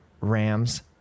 rams